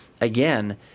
again